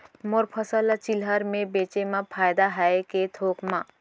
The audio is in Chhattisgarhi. मोर फसल ल चिल्हर में बेचे म फायदा है के थोक म?